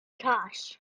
cash